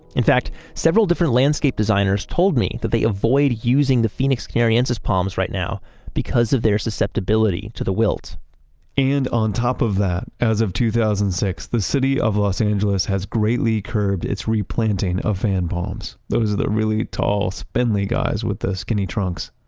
in fact, several different landscape designers told me that they avoid using the phoenix canariensis palms right now because of their susceptibility to the wilt and on top of that, as of two thousand and six, the city of los angeles has greatly curbed it's replanting a fan palms. those are the really tall, spindly guys with the skinny trunks.